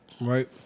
right